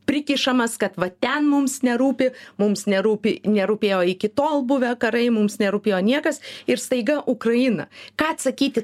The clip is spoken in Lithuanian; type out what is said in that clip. prikišamas kad va ten mums nerūpi mums nerūpi nerūpėjo iki tol buvę karai mums nerūpėjo niekas ir staiga ukraina ką atsakyti